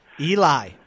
Eli